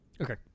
Okay